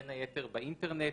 בין היתר באינטרנט.